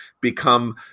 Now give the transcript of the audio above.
become